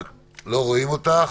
בבקשה.